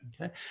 Okay